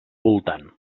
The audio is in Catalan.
voltant